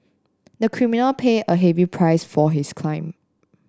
the criminal paid a heavy price for his crime